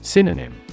Synonym